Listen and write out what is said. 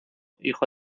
hijo